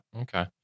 Okay